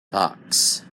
box